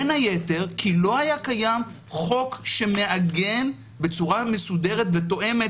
בין היתר כי לא היה קיים חוק שמעגן בצורה מסודרת ותואמת